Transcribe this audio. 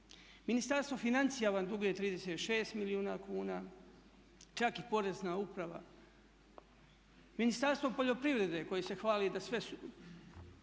Ministarstvo financija vam duguje 36 milijuna kuna, čak i Porezna uprava. Ministarstvo poljoprivrede koje se hvali da sve plaća